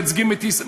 מייצגים את ישראל.